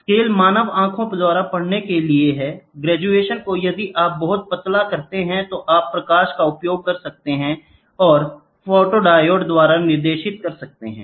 scale मानव आंखों द्वारा पढ़ने के लिए हैं ग्रेजुएशन को यदि आप बहुत पतला करते हैं तो आप प्रकाश का उपयोग कर सकते हैं और फोटोडायोड द्वारा निर्देशित कर सकते हैं